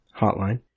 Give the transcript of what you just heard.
Hotline